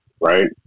right